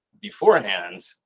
beforehand